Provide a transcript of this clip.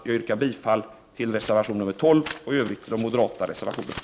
Jag yrkar bifall till reservation 12 och i övrigt till de moderata reservationerna.